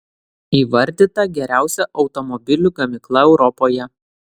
įvardyta geriausia automobilių gamykla europoje